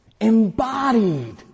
embodied